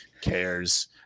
cares